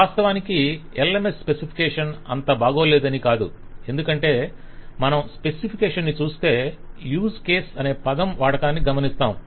వాస్తవానికి LMS specification అంత బాగోలేదని కాదు ఎందుకంటే మనం స్పెసిఫికేషన్ ని చూస్తే యూజ్ కేస్ అనే పదం వాడకాన్ని గమనిస్తారు